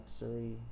luxury